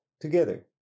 together